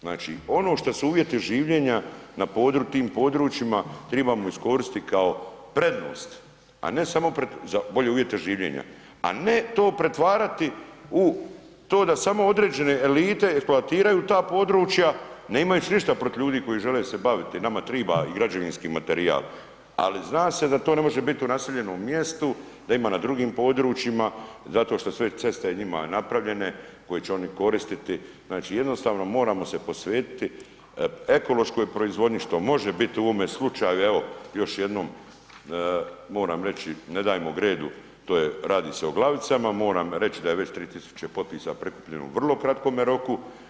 Znači, ono šta su uvjeti življenja na tim područjima tribamo iskoristiti kao prednost, a ne samo, za bolje uvjete življenja, a ne to pretvarati u to da samo određene elite eksploatiraju ta područja, nemajući ništa protiv ljudi koji žele se baviti, nama triba i građevinski materijal, ali zna se da to ne može biti u naseljenom mjestu, da ima na drugim područjima zato što su već ceste njima napravljene koje će oni koristiti, znači jednostavno moramo se posvetiti ekološkoj proizvodnji, što može bit u ovome slučaju, evo, još jednom moram reći, ne dajmo Gredu, to je, radi se o Glavicama, moram reći da je već 3 tisuće potpisa prikupljeno u vrlo kratkome roku.